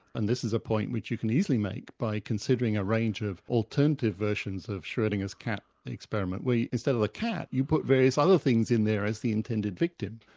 and this is a point which you can usually make by considering a range of alternative versions of schrodinger's cat experiment, where instead of a cat, you put various other things in there as the intended victim.